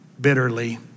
bitterly